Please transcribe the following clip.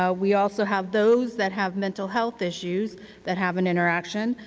ah we also have those that have mental health issues that have an interaction.